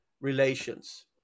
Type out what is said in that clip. relations